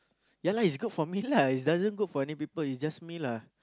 ya lah it's good for me lah it's doesn't good for any people is just me lah